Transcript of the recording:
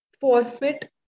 forfeit